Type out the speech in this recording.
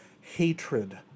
hatred